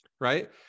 right